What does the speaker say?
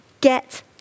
Get